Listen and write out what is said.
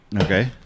okay